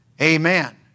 Amen